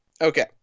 Okay